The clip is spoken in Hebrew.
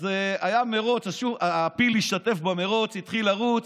אז היה מרוץ, הפיל השתתף במרוץ, התחיל לרוץ,